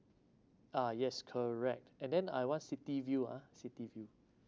ah yes correct and then I want city view ah city view